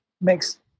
makes